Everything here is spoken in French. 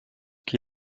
qui